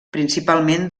principalment